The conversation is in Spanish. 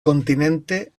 continente